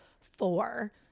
four